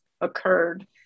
occurred